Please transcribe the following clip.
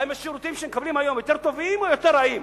האם השירותים שהם מקבלים היום יותר טובים או יותר גרועים.